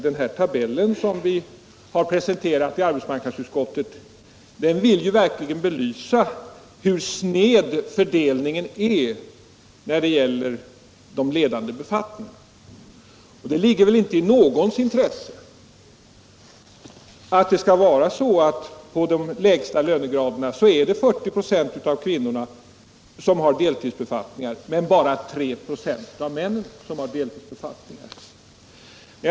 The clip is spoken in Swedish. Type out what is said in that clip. Den tabell vi presenterade i arbetsmarknadsutskottet vill verkligen belysa hur sned fördelningen är när det gäller de ledande befattningarna. Det ligger väl inte i någons intresse att det skall vara så, att på de lägsta lönegraderna är det 40 926 av kvinnorna som har deltidsbefattningar men bara 3 96 av männen.